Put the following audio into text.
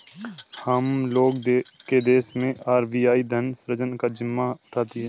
हम लोग के देश मैं आर.बी.आई धन सृजन का जिम्मा उठाती है